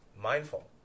mindful